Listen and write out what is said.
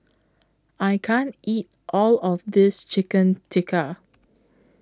I can't eat All of This Chicken Tikka